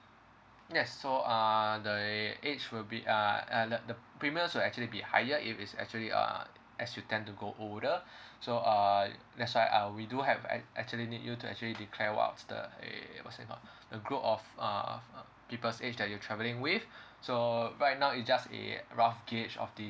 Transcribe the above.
yes so uh the age will be uh uh the the premium will actually be higher if it's actually uh as you tend to go older so uh that's why uh we do have a~ actually need you to actually declare what was the uh what's that called a group of uh people age that you are travelling with so right now it just a rough gauge of the